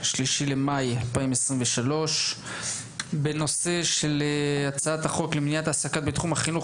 3 במאי 2023. על סדר היום הצעת חוק למניעת העסקה בתחום החינוך